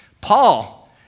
Paul